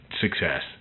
success